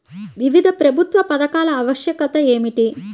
వివిధ ప్రభుత్వా పథకాల ఆవశ్యకత ఏమిటి?